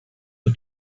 for